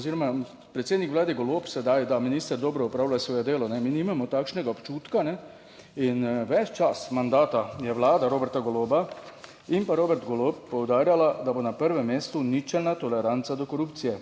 oziroma predsednik Vlade Golob sedaj, da minister dobro opravlja svoje delo, ne, mi nimamo takšnega občutka in ves čas mandata je vlada Roberta Goloba in pa Robert Golob, poudarjala, da bo na prvem mestu ničelna toleranca do korupcije